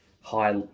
high